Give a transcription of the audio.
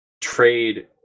trade